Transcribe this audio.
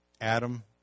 Adam